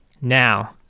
Now